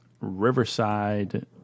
Riverside